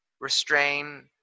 Restrain